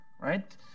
right